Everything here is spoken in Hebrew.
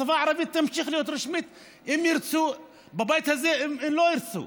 השפה הערבית תמשיך להיות רשמית אם ירצו בבית הזה ואם לא ירצו.